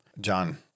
John